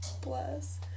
Bless